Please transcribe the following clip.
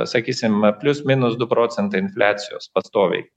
sakysim e plius minus du procentai infliacijos pastoviai